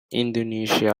indonesia